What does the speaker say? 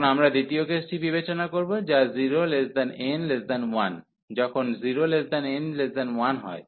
এখন আমরা দ্বিতীয় কেসটি বিবেচনা করব যা 0n1 যখন 0n1 হয়